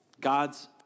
God's